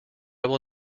will